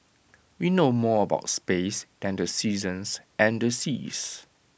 we know more about space than the seasons and the seas